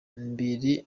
mbere